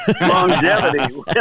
Longevity